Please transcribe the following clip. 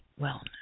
wellness